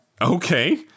Okay